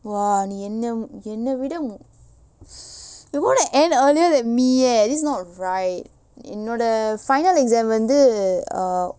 !wah! நீ என்னை என்னை விட:nee ennai ennai vida you're gonna end earlier than me leh this is not right என்னோட:ennoda final exam வந்து:vanthu